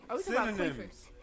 Synonyms